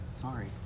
sorry